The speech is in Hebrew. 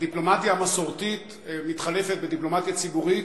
הדיפלומטיה המסורתית מתחלפת בדיפלומטיה ציבורית,